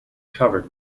covered